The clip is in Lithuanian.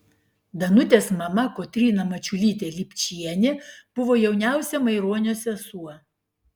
danutės mama kotryna mačiulytė lipčienė buvo jauniausia maironio sesuo